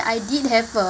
I did have a